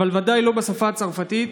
אבל ודאי לא לשפה הצרפתית.